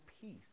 peace